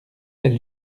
elle